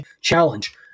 challenge